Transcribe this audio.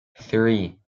three